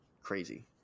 Crazy